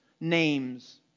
names